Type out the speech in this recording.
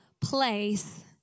place